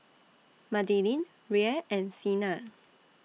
Madilynn Rhea and Sienna